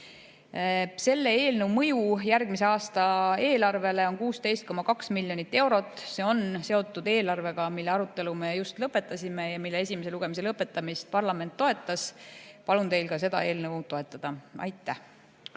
Selle eelnõu mõju järgmise aasta eelarvele on 16,2 miljonit eurot. See on seotud eelarvega, mille arutelu me just lõpetasime ja mille esimese lugemise lõpetamist parlament toetas. Palun teil ka seda eelnõu toetada. Aitäh!